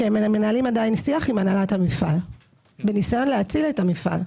שהם עדיין מנהלים שיח עם הנהלת המפעל בניסיון להציל את המפעל.